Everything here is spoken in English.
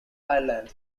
ireland